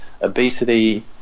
obesity